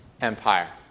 Empire